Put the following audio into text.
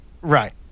Right